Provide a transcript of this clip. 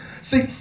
See